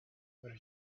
where